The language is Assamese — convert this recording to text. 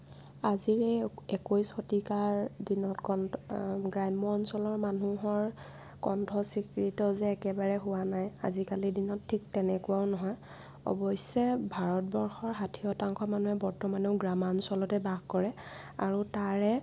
আজিৰ এই একৈশ শতিকাৰ দিনত কণ্ট গ্ৰাম্য অঞ্চলৰ মানুহৰ কণ্ঠ স্বীকৃত যে একেবাৰে হোৱা নাই আজিকালি দিনত ঠিক তেনেকুৱাও নহয় অৱশ্যে ভাৰতবৰ্ষৰ ষাঠি শতাংশ মানুহে বৰ্তমানেও গ্ৰামাঞ্চলতেই বাস কৰে আৰু তাৰে